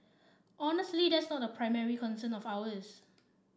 honestly that's not a primary concern of ours